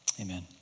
Amen